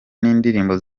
n’indirimbo